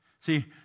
See